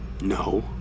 No